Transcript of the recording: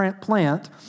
plant